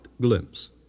glimpse